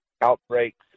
outbreaks